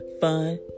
fun